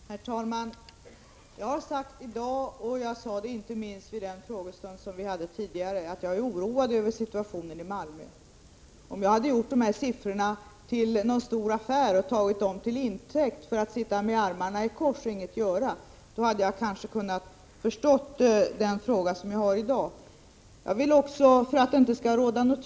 Herr talman! Jag har sagt i dag och jag sade det inte minst vid frågestunden den 7 november att jag är oroad över situationen i Malmö. Om jag hade gjort någon stor affär av de här siffrorna och tagit dem till intäkt för att sitta med armarna i kors och alltså ingenting göra, hade jag kanske kunnat förstå den fråga som jag haft att besvara i dag.